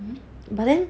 but then